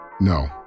No